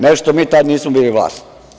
Nešto mi tada nismo bili vlast.